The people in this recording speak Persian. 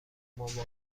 موافق